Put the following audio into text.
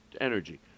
energy